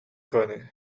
کنی